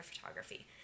photography